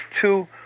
two